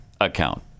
account